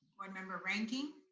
member reinking.